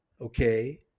okay